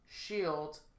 Shield